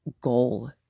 goal